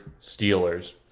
Steelers